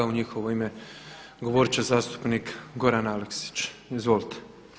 U njihovo ime govorit će zastupnik Goran Aleksić, izvolite.